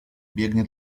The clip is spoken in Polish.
biegnie